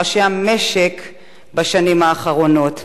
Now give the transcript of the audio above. ראשי המשק בשנים האחרונות.